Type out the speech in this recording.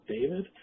David